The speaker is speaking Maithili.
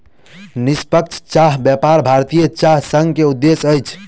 निष्पक्ष चाह व्यापार भारतीय चाय संघ के उद्देश्य अछि